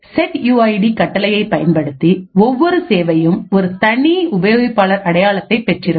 set u ID கட்டளையை பயன்படுத்தி ஒவ்வொரு சேவையும் ஒரு தனி உபயோகிப்பாளர் அடையாளத்தை பெற்றிருக்கும்